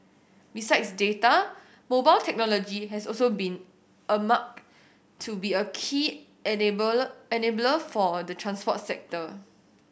besides data mobile technology has also been earmarked to be a key enabler enabler for the transport sector